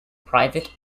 private